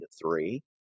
three